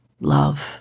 love